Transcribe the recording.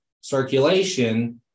circulation